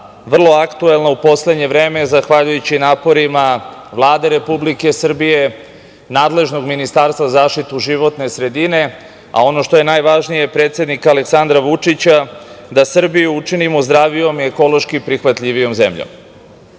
vrlo aktuelna u poslednje vreme zahvaljujući naporima Vlade Republike Srbije, nadležnog Ministarstva za zaštitu životne sredine, a ono što je najvažnije predsednika Aleksandra Vučića da Srbiju učinimo zdravijom i ekološki prihvatljivijom zemljom. Skoro